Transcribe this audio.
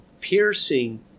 piercing